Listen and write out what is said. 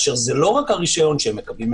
זה לא רק הרשיון שהם מקבלים,